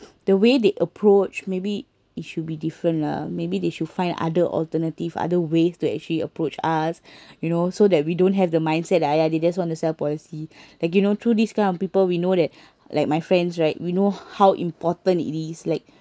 the way they approach maybe it should be different lah maybe they should find other alternative other ways to actually approach us you know so that we don't have the mindset that !aiya! they just wanna sell policy like you know through this kind of people we know that like my friends right we know how important it is like